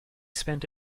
spent